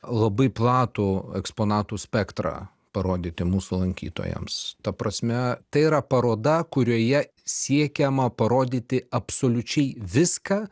labai platų eksponatų spektrą parodyti mūsų lankytojams ta prasme tai yra paroda kurioje siekiama parodyti absoliučiai viską